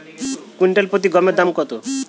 Quintal প্রতি গমের দাম কত?